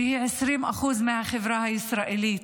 שהיא 20% מהחברה הישראלית,